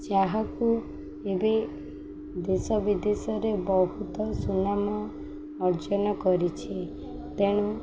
ଯାହାକୁ ଏବେ ଦେଶ ବିଦେଶରେ ବହୁତ ସୁନାମ ଅର୍ଜନ କରିଛି ତେଣୁ